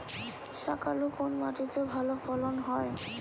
শাকালু কোন মাটিতে ভালো ফলন হয়?